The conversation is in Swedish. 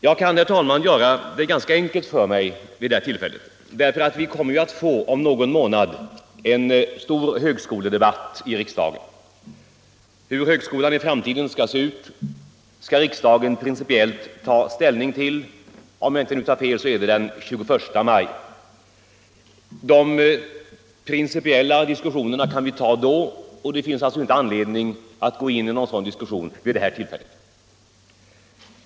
Jag kan, herr talman, göra det ganska enkelt för mig vid det här tillfället, eftersom vi om någon månad kommer att få en stor högskoledebatt i riksdagen. Hur högskolan i framtiden skall se ut skall riksdagen principiellt ta ställning till den 21 maj. De principiella diskussionerna kan vi föra då, och det finns därför inte anledning att gå in i någon sådan debatt i dag.